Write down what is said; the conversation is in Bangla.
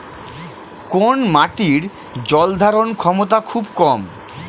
কোন মাটির জল ধারণ ক্ষমতা খুব কম?